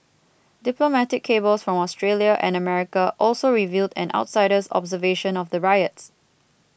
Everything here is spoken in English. diplomatic cables from Australia and America also revealed an outsider's observation of the riots